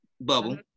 bubble